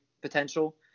potential